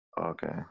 Okay